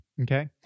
Okay